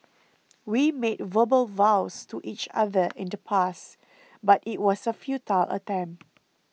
we made verbal vows to each other in the past but it was a futile attempt